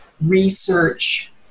research